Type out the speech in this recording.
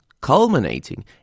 culminating